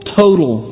total